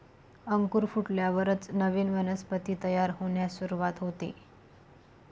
अंकुर फुटल्यावरच नवीन वनस्पती तयार होण्यास सुरूवात होते